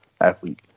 athlete